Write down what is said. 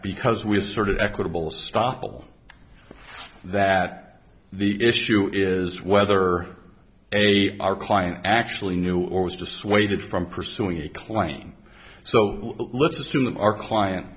because we're sort of equitable stoppel that the issue is whether a our client actually knew or was dissuaded from pursuing a claim so let's assume that our client